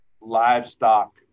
livestock